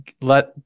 let